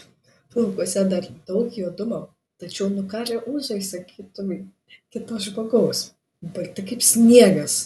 plaukuose dar daug juodumo tačiau nukarę ūsai sakytumei kito žmogaus balti kaip sniegas